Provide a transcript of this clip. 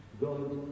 God